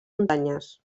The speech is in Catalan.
muntanyes